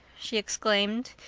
she exclaimed,